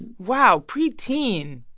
wow, preteen.